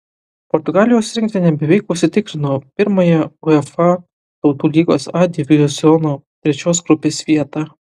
portugalijos rinktinė beveik užsitikrino pirmąją uefa tautų lygos a diviziono trečios grupės vietą